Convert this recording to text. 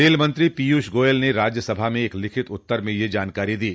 rail मंत्री पीयूष गोयल ने राज्य सभा में एक लिखित उत्तर में यह जानकारी दी